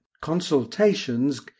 Consultations